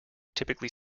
typically